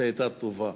כשהיתה טובה,